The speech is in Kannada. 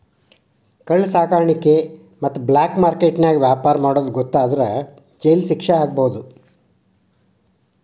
ಕಳ್ಳ ಸಾಕಾಣಿಕೆ ಮತ್ತ ಬ್ಲಾಕ್ ಮಾರ್ಕೆಟ್ ನ್ಯಾಗ ವ್ಯಾಪಾರ ಮಾಡೋದ್ ಗೊತ್ತಾದ್ರ ಜೈಲ್ ಶಿಕ್ಷೆ ಆಗ್ಬಹು